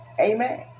Amen